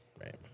right